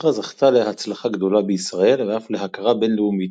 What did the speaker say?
הסדרה זכתה להצלחה גדולה בישראל ואף להכרה בינלאומית,